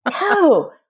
no